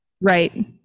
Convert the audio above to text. right